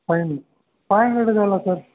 time time ಹೇಳಿದರಲ್ಲ sir